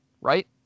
right